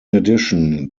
addition